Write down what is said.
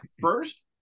first